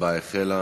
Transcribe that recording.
ההצבעה החלה.